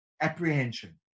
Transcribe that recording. apprehension